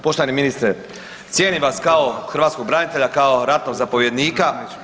Poštovani ministre, cijenim vas kao hrvatskog branitelja, kao ratnog zapovjednika.